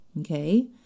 Okay